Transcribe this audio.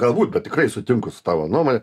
galbūt bet tikrai sutinku su tavo nuomone